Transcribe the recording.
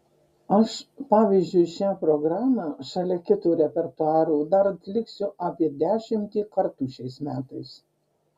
aš pavyzdžiui šią programą šalia kito repertuaro dar atliksiu apie dešimtį kartų šiais metais